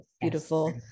beautiful